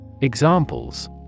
Examples